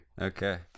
Okay